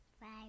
five